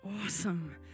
Awesome